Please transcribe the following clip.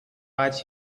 watch